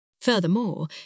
Furthermore